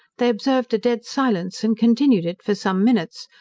they observed a dead silence, and continued it for some minutes,